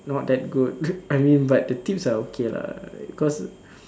not that good I mean but the tips are okay lah cause